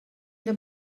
era